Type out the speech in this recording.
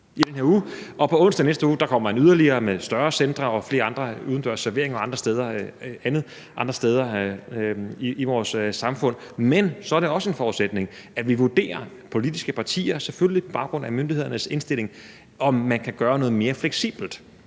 på onsdag i næste uge kommer en yderligere åbning med større centre og flere andre ting, bl.a. udendørsserveringer og andet andre steder i vores samfund, men så er det også en forudsætning, at vi i de politiske partier selvfølgelig lidt på baggrund af myndighedernes indstilling vurderer, om man kan gøre noget mere fleksibelt.